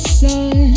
sun